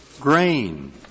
grain